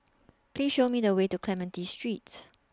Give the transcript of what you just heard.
Please Show Me The Way to Clementi Street